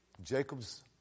Jacob's